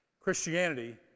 Christianity